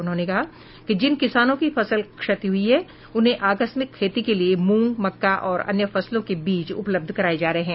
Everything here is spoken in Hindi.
उन्होंने कहा कि जिन किसानों की फसल क्षति हुई है उन्हें आकस्मिक खेती के लिये मूंग मक्का और अन्य फसलों के बीज उपलब्ध कराये जा रहे हैं